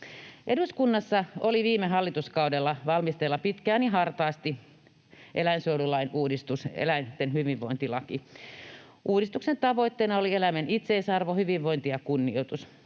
Eduskunnassa oli viime hallituskaudella valmisteilla pitkään ja hartaasti eläinsuojelulain uudistus, eläinten hyvinvointilaki. Uudistuksen tavoitteena oli eläimen itseisarvo, hyvinvointi ja kunnioitus.